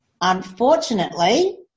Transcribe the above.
unfortunately